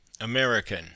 American